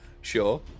Sure